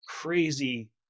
crazy